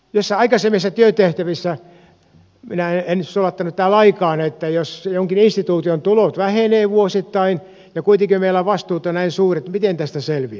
jossain aikaisemmissa työtehtävissä minä en sulattanut tätä lainkaan että jos jonkin instituution tulot vähenevät vuosittain ja kuitenkin meillä vastuut ovat näin suuret miten tästä selviää